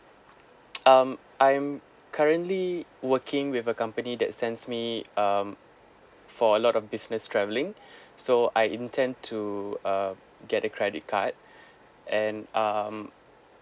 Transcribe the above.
um I'm currently working with a company that sends me um for a lot of business travelling so I intend to uh get a credit card and um